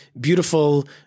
beautiful